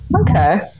Okay